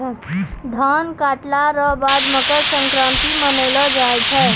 धान काटला रो बाद मकरसंक्रान्ती मानैलो जाय छै